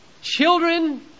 children